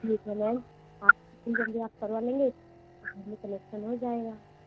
ठीक है मैम आप जितनी जल्दी आप करवा लेंगे तो घर में कनेक्शन हो जाएगा